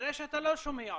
כנראה שאתה לא שומע אותנו.